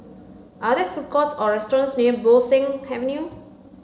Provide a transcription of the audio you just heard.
are there food courts or restaurants near Bo Seng Avenue